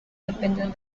dependen